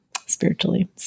spiritually